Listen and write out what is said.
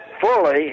fully